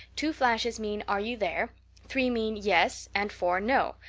two flashes mean, are you there three mean yes and four no.